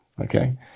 okay